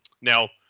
Now